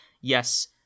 yes